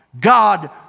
God